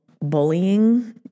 bullying